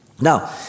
Now